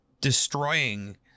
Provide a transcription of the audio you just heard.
destroying